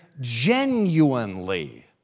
genuinely